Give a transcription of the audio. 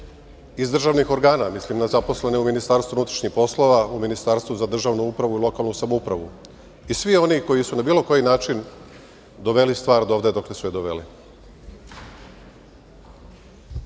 iz državnih organa, mislim na zaposlene u MUP-u, u Ministarstvu za državnu upravu i lokalnu samoupravu i na sve one koji su na bilo koji način doveli stvar do ovde dokle su je doveli. Neće